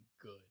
good